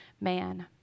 man